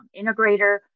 integrator